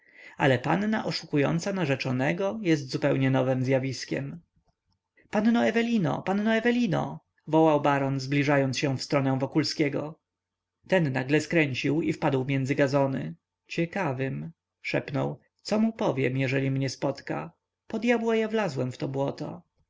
ale panna oszukująca narzeczonego jest zupełnie nowem zjawiskiem panno ewelino panno ewelino wołał baron zbliżając się w stronę wokulskiego ten nagle skręcił i wpadł między gazony ciekawym szepnął co mu powiem jeżeli mnie spotka po dyabła ja wlazłem w